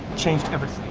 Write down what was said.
changed everything.